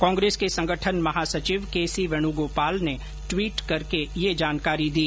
कांग्रेस के संगठन महासचिव के सी वेणुगोपाल ने ट्वीट करके यह जानकारी दी